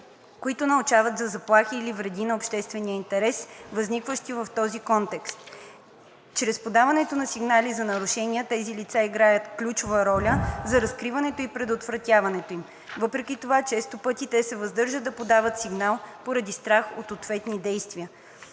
които научават за заплахи или вреди на обществения интерес, възникващи в този контекст. Чрез подаването на сигнали за нарушения тези лица играят ключова роля за разкриването и предотвратяването им. Въпреки това често пъти те се въздържат да подадат сигнал поради страх от ответни действия.